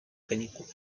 канікули